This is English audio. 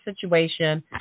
situation